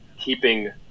keeping